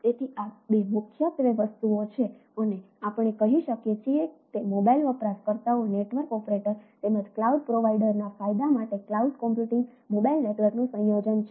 તેથી આ બે મુખ્યત્વે વસ્તુઓ છે અને આપણે કહી શકીએ કે તે મોબાઇલ વપરાશકર્તાઓ નેટવર્ક ઓપરેટર ફાયદા માટે ક્લાઉડ કમ્પ્યુટિંગ મોબાઇલ નેટવર્કનું સંયોજન છે